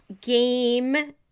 game